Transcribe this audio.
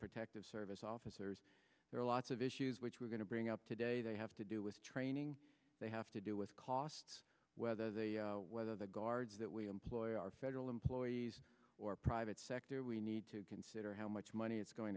protective service officers there are lots of issues which we're going to bring up today they have to do with training they have to do with cost whether they whether the guards that we employ are federal employees or private sector we need to consider how much money it's going